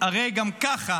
הרי גם ככה